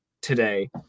today